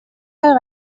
del